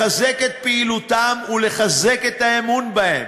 לחזק את פעילותם ולחזק את האמון בהם,